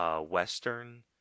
Western